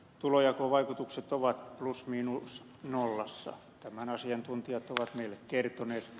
tulonjakovaikutukset ovat plus miinus nollassa tämän asiantuntijat ovat meille kertoneet